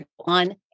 on